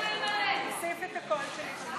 תוסיף את הקול שלי,